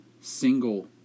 single